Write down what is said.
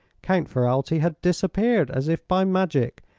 count ferralti had disappeared as if by magic,